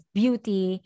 beauty